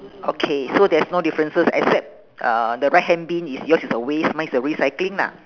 okay so there's no differences except uh the right hand bin is yours is a waste mine is a recycling lah